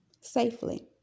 safely